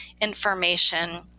information